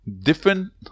different